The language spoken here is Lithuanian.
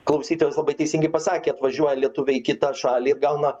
klausytojas labai teisingai pasakė atvažiuoja lietuviai į kitą šalį ir gauna